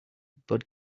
but